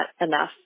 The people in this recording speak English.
enough